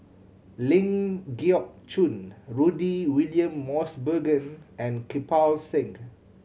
Ling Geok Choon Rudy William Mosbergen and Kirpal Singh